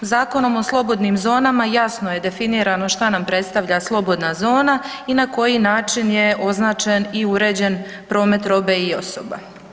Zakonom o slobodnim zonama jasno je definirano što nam predstavlja slobodna zona i na koji način je označen i uređen promet robe i osoba.